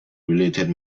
related